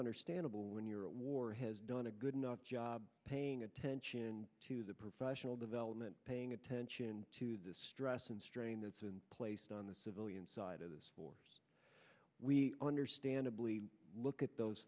understandable when you're at war has done a good enough job paying attention to the professional development paying attention to the stress and strain that's in place on the civilian side of this war we understandably look at those